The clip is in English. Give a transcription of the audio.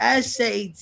SAT